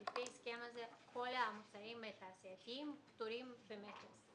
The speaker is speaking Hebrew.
לפי ההסכם הזה כל האמצעים התעשייתיים פטורים במכס.